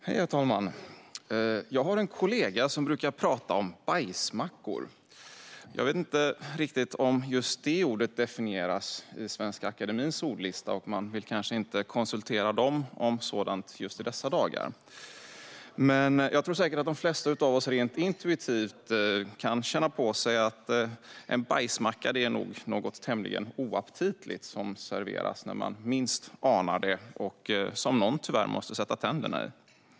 Herr talman! Jag har en kollega som brukar prata om bajsmackor. Jag vet inte om just det ordet definieras i Svenska Akademiens ordlista, och man vill kanske inte konsultera den om sådant just i dessa dagar. Jag tror att de flesta av oss rent intuitivt kan känna på sig att en bajsmacka är något tämligen oaptitligt som serveras när man minst anar det och som någon tyvärr måste sätta tänderna i.